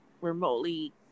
remotely